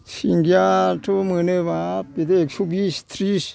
सिंगियाथ मोनो बाब बिदि एक्स' बिस थ्रिस